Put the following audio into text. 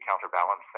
counterbalance